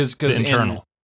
internal